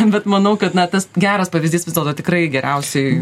bet manau kad na tas geras pavyzdys vis dėlto tikrai geriausiai